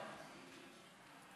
תודה רבה.